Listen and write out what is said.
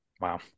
Wow